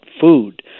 food